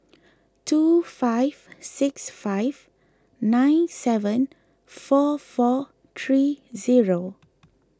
two five six five nine seven four four three zero